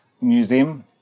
Museum